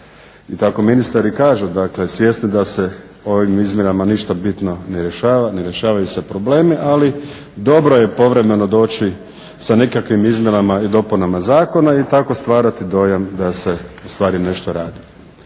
I tako ministar i kaže, dakle, svjesni da se ovim Izmjenama ništa bitno ne rješava, ne rješavaju se problemi ali dobro je povremeno doći sa nekakvim izmjenama i dopunama Zakona i tako stvarati dojam da se ustvari nešto radi.